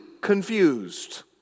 confused